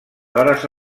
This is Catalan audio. hores